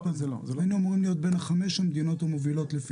היינו אמורים להיות בין חמש המדינות המובילות.